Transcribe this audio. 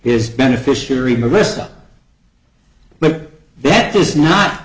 his beneficiary melissa but that is not